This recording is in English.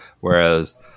whereas